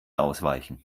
ausweichen